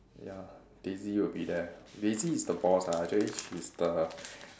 ya Daisy will be there Daisy is the boss lah actually she's the